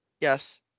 Yes